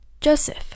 Joseph